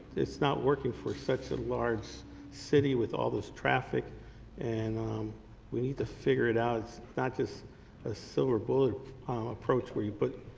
it's not working for such a large city with all this traffic and we need to figure it out. it's not just a silver bullet approach where you but